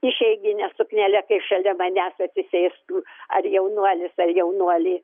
išeigine suknele kai šalia manęs atsisėstų ar jaunuolis ar jaunuolė